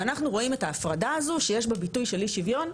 ואנחנו רואים את ההפרדה הזו שיש בה ביטוי של אי שוויון,